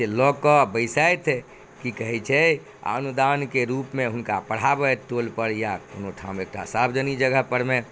लऽ कऽ बैसैत की कहै छै अनुदानके रूपमे हुनका पढ़ाबथि टोल पर या कोनो ठाम एकटा सार्वजनीक जगह परमे